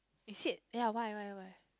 is it ya why why why